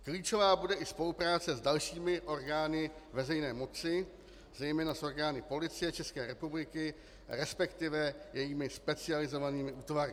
Klíčová bude i spolupráce s dalšími orgány veřejné moci, zejména s orgány Policie České republiky, respektive jejími specializovanými útvary.